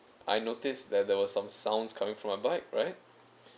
I noticed that there were some sounds coming from my bike right